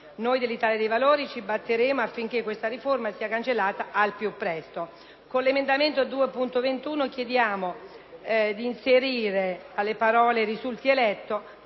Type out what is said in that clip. Noi dell’Italia dei Valori ci batteremo affinche´ questa riforma sia cancellata al piupresto. Con l’emendamento 2.21 si chiede di inserire, dopo le parole «risulti eletto»,